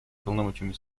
полномочиями